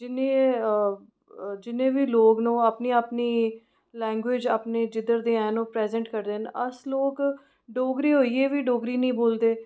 जिन्ने जिन्ने बी लोक न ओह् अपनी अपनी लैंगुएज अपनी जिद्धर दे हैन ओह् प्रैजेंट करदे न अस लोक डोगरे होइयै बी डोगरी निं बोलदे